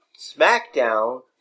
SmackDown